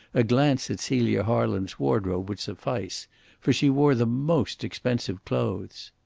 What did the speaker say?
a glance at celia harland's wardrobe would suffice for she wore the most expensive clothes.